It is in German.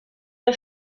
der